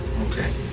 Okay